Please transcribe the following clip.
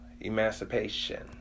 emancipation